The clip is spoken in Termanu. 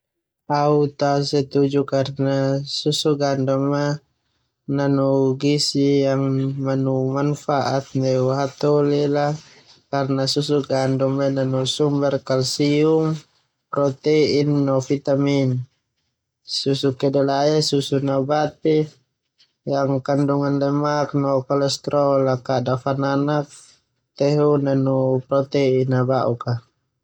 Au ta setuju karna susu gandum ia nanu gizi yang manu manfat neu hataholi la karena susu gandum ia nanu sumber kalsium, protein no vitamin. Susu kedelai ia susu nabati yang kandungan lemak no kolestrol a kada fananak tehu nanu protein ba'uk a.